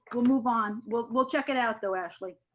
we'll move on. we'll we'll check it out though, ashley.